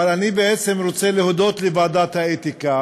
אבל אני בעצם רוצה להודות לוועדת האתיקה